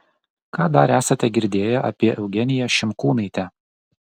ką dar esate girdėję apie eugeniją šimkūnaitę